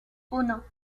uno